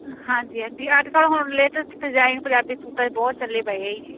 ਹਾਂਜੀ ਹਾਂਜੀ ਅੱਜ ਕੱਲ੍ਹ ਹੁਣ ਲੇਟਿਸਟ ਡਿਜ਼ਾਇਨ ਪੰਜਾਬੀ ਸੂਟਾਂ 'ਚ ਬਹੁਤ ਚੱਲੇ ਪਏ ਆ ਜੀ